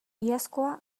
iazkoa